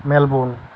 Melbourne